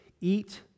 eat